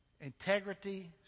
Integrity